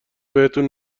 بهتون